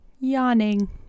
yawning